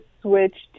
switched